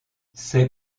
ses